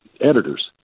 editors